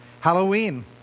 Halloween